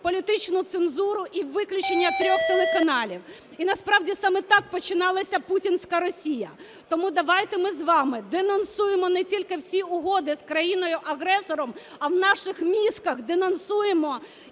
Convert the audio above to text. політичну цензуру і виключення трьох телеканалів. І насправді саме так починалася путінська Росія. Тому давайте ми з вами денонсуємо не тільки всі угоди з країною-агресором, а в наших мізках денонсуємо